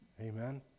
Amen